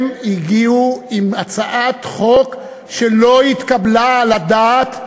הם הגיעו עם הצעת חוק שלא התקבלה על הדעת,